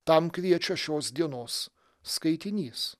tam kviečia šios dienos skaitinys